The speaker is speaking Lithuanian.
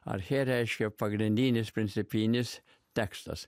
arche reiškia pagrindinis principinis tekstas